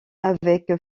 avec